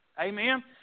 Amen